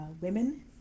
women